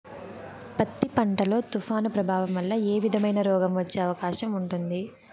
పత్తి పంట లో, తుఫాను ప్రభావం వల్ల ఏ విధమైన రోగం వచ్చే అవకాశం ఉంటుంది?